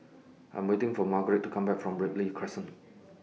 I'm waiting For Margaret to Come Back from Ripley Crescent